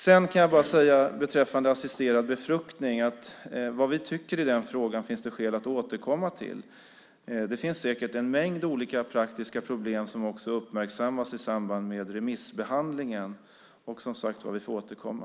Sedan kan jag bara säga beträffande assisterad befruktning att det finns skäl att återkomma till vad vi tycker i den frågan. Det finns säkert en mängd olika praktiska problem som också uppmärksammas i samband med remissbehandlingen. Vi får, som sagt var, återkomma.